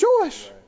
choice